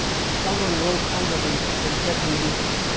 and someone wrote under it, and take me with you.